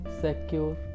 secure